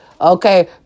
Okay